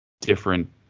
different